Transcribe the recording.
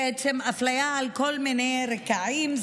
בעצם אפליה על כל מיני רקעים,